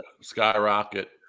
skyrocket